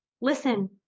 Listen